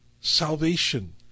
salvation